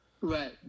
Right